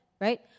right